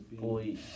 Boy